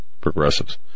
progressives